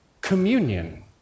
communion